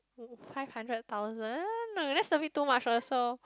five hundred thousand like that's a bit too much also